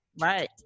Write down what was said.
right